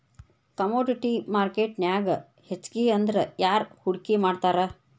Commodity ಮಾರ್ಕೆಟ್ನ್ಯಾಗ್ ಹೆಚ್ಗಿಅಂದ್ರ ಯಾರ್ ಹೂಡ್ಕಿ ಮಾಡ್ತಾರ?